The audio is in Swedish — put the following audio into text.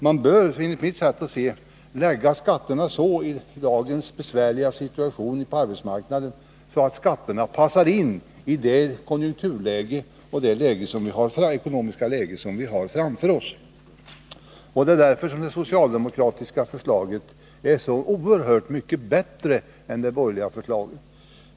Man bör enligt mitt sätt att se lägga skatterna så i dagens besvärliga situation på arbetsmarknaden, att skatterna passar in i det konjunkturläge och det ekonomiska läge som vi har framför oss. Det är därför som det socialdemokratiska förslaget är så oerhört mycket bättre än det borgerliga förslaget.